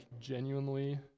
genuinely